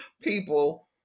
people